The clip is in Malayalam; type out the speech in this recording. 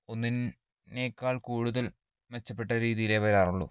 ഒന്നിനേക്കാൾ കൂടുതൽ മെച്ചപ്പെട്ട രീതിയിലേ വരാറുള്ളൂ